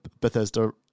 Bethesda